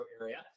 area